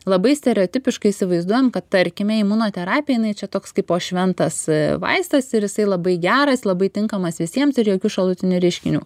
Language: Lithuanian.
labai stereotipiškai įsivaizduojam kad tarkime imunoterapija jinai čia toks kaipo šventas vaistas ir jisai labai geras labai tinkamas visiems ir jokių šalutinių reiškinių